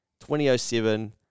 2007